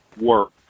work